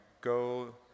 go